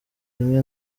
rimwe